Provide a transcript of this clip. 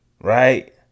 right